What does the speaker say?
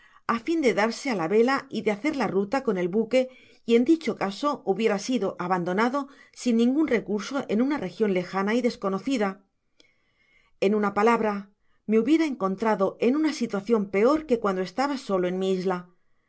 á fin de darse á la veia y de hacer la ruta coa el buque y en dicho caso hubiera sido abandonado sin ningun recurso en una region lejana y desconocida en una palabra me hubiera encontrado en una situacion peor que cuando estaba solo en mi isla